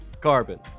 Carbon